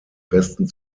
besten